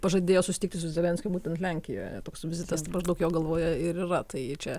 pažadėjo susitikti su zelenskiu būtent lenkijoje toks vizitas maždaug jo galvoje ir yra tai čia